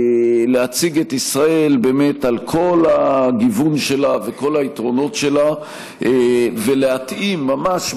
להציג את ישראל על כל הגיוון שלה וכל היתרונות שלה ולהתאים ממש